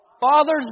Father's